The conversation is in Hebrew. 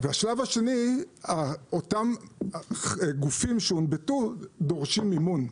השלב השני, אותם גופים שהונבטו דורשים מימון.